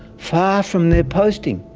far from their posting.